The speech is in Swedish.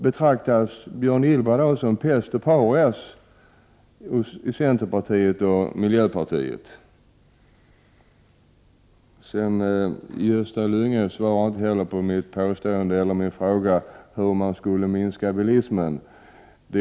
Betraktas Björn Gillberg nu som pest och parias i centerpartiet och miljöpartiet? Gösta Lyngå svarade inte heller på min fråga om hur bilismen skall minskas.